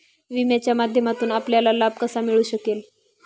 विम्याच्या माध्यमातून आपल्याला लाभ कसा मिळू शकेल?